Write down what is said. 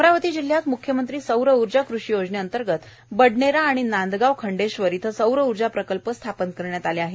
अमरावती जिल्ह्यात मुख्यमंत्री सौर ऊर्जा कृषी योजनेअंतर्गत बडनेरा आणि नांदगाव खंडेश्वर इथं सौर ऊर्जा प्रकल्प स्थापन करण्यात आले आहे